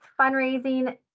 fundraising